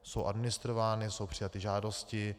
Jsou administrovány, jsou přijaty žádosti.